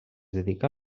dedicà